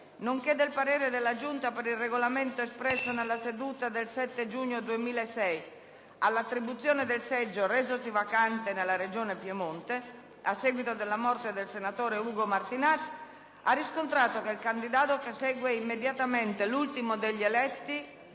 nonché del parere della Giunta per il Regolamento espresso nella seduta del 7 giugno 2006, all'attribuzione del seggio resosi vacante nella regione Piemonte, a seguito della morte del senatore Ugo Martinat, ha riscontrato che il candidato che segue immediatamente l'ultimo degli eletti